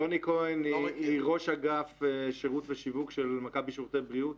טוני כהן היא ראש אגף שירות ושיווק של מכבי שירותי בריאות.